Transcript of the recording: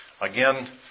again